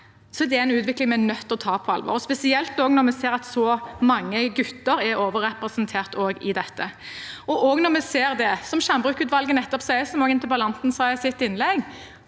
er det en utvikling vi er nødt til å ta på alvor, spesielt når vi ser at så mange gutter er overrepresentert også i dette. Vi ser også det som skjermbrukutvalget sier – og som også interpellan ten sa i sitt innlegg